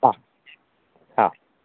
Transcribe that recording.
ആ ആ